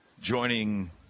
Joining